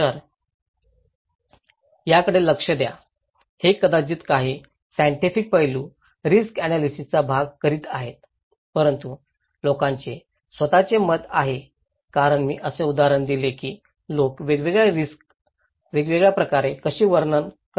तर याकडे लक्ष द्या हे कदाचित काही सायन्टिफिक पैलू रिस्क अनॅलिसिसचा भाग करीत आहेत परंतु लोकांचे स्वतःचे मत आहे कारण मी असे उदाहरण दिले की लोक वेगवेगळ्या रिस्क वेगवेगळ्या प्रकारे कसे वर्णन करतात